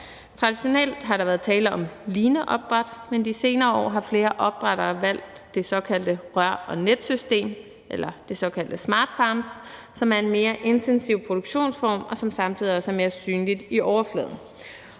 Traditionelt har der været tale om lineopdræt, men de senere år har flere opdrættere valgt det såkaldte rør- og netsystem eller de såkaldte smart farms, som er en mere intensiv produktionsform, og som samtidig også er mere synlig i overfladen.